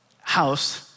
house